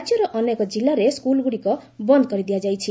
ରାଜ୍ୟର ଅନେକ ଜିଲ୍ଲାରେ ସ୍କୁଲ୍ଗୁଡ଼ିକୁ ବନ୍ଦ୍ କରିଦିଆଯାଇଛି